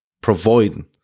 providing